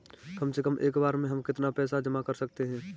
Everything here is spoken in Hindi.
कम से कम एक बार में हम कितना पैसा जमा कर सकते हैं?